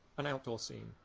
an outdoor scene.